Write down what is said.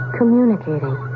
Communicating